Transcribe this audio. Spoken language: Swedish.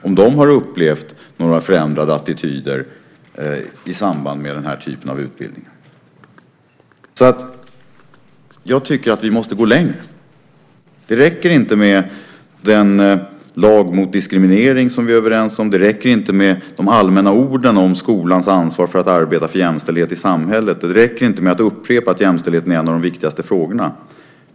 Har de upplevt några förändrade attityder i samband med den typen av utbildning? Vi måste gå längre. Det räcker inte med den lag mot diskriminering som vi är överens om. Det räcker inte med de allmänna orden om skolans ansvar för att arbeta för jämställdhet i samhället. Det räcker inte med att upprepa att jämställdheten är en av de viktigaste frågorna.